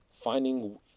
finding